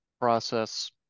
process